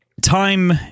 Time